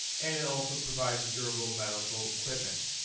and it also provides durable medical equipment,